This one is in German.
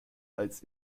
als